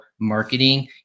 marketing